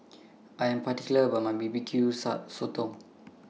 I Am particular about My B B Q Sotong